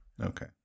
Okay